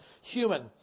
human